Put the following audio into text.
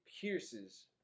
pierces